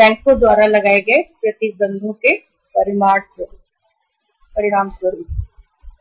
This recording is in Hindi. बैंकों द्वारा लगाए गए प्रतिबंधों के परिणामस्वरूप धनराशि